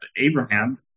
Abraham